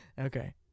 Okay